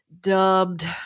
dubbed